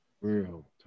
Real